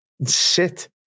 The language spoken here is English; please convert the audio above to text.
Sit